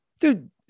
dude